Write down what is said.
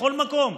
בכל מקום.